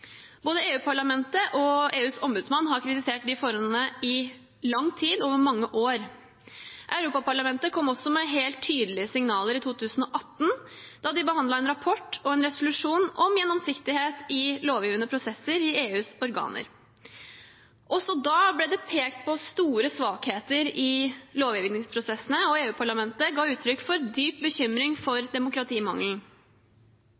Både EU-parlamentet og EUs ombud har kritisert disse forholdene i lang tid – over mange år. Europaparlamentet kom også med helt tydelige signaler i 2018, da de behandlet en rapport og en resolusjon om gjennomsiktighet i lovgivende prosesser i EUs organer. Også da ble det pekt på store svakheter i lovgivningsprosessene, og EU-parlamentet ga uttrykk for dyp bekymring